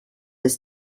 des